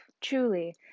truly